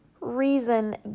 reason